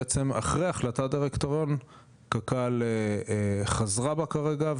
בעצם אחרי החלטת דירקטוריון קק"ל חזרה בה כרגע,